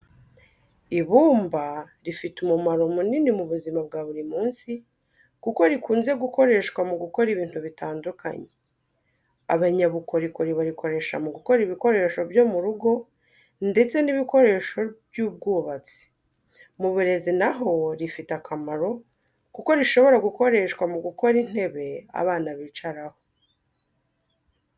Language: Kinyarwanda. Ibumba rifite umumaro munini mu buzima bwa buri munsi, kuko rikunze gukoreshwa mu gukora ibintu bitandukanye. Abanyabukorikori barikoresha mu gukora ibikoresho byo mu rugo ndetse n'ibikoresho by'ubwubatsi. Mu burezi naho rifite akamaro, kuko rishobora gukoreshwa mu gukora intebe abana bicaraho.